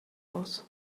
aus